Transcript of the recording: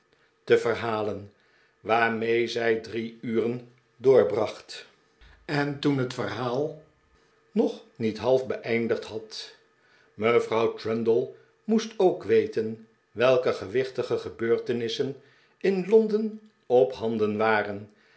te verhalen waarmee zij drie uren doorbracht en toen het verhaal nog niet half beeindigd had mevrouw trundle moest ook weten welke gewichtige gebeurtenissen in londen ophanden waren